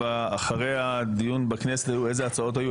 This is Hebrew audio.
העניין הוא למזג את שלוש ההצעות.